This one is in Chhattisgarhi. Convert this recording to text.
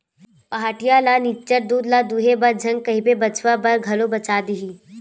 पहाटिया ल निच्चट दूद ल दूहे बर झन कहिबे बछवा बर घलो बचा देही